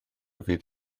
fydd